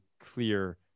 clear